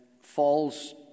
falls